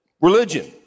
Religion